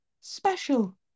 special